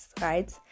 right